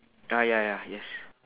ah ya ya yes